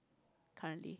currently